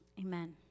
Amen